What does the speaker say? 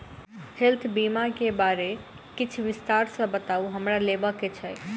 Health बीमा केँ बारे किछ विस्तार सऽ बताउ हमरा लेबऽ केँ छयः?